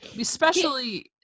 Especially-